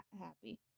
happy